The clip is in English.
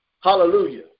Hallelujah